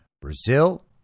Brazil